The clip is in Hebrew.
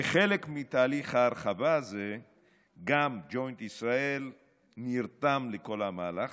כחלק מתהליך ההרחבה הזה גם ג'וינט ישראל נרתם לכל המהלך